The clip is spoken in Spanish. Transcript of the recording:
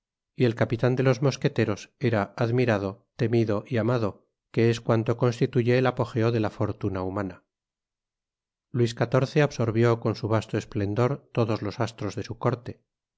y el capitan de los mosqueteros era admirado temido y amado que es cuanto constituye el apogeo de la fortuna humana luis xiv absorvió con su vasto esplendor todos los astros de su